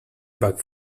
back